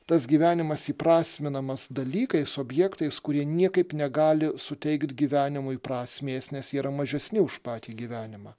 tas gyvenimas įprasminamas dalykais objektais kurie niekaip negali suteikt gyvenimui prasmės nes yra mažesni už patį gyvenimą